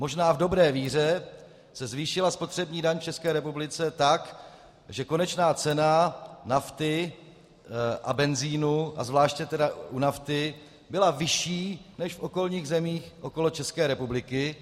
Možná v dobré víře se zvýšila spotřební daň v České republice tak, že konečná cena nafty a benzinu, a zvláště tedy u nafty, byla vyšší než v okolních zemích okolo České republiky.